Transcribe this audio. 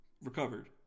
recovered